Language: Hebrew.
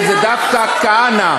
וזה היה דווקא כהנא.